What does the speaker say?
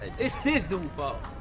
it's this dude but